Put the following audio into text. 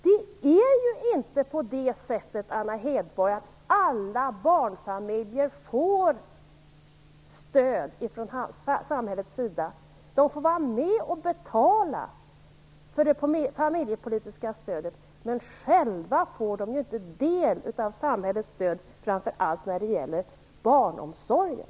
Det är inte på det sättet, Anna Hedborg, att alla barnfamiljer får stöd från samhällets sida. De får vara med om att betala för det familjepolitiska stödet, men de får inte själva del av samhällets stöd när det gäller barnomsorgen.